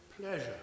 pleasure